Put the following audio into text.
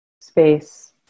space